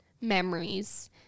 memories